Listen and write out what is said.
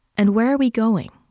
and where are we going?